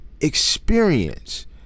experience